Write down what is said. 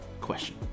question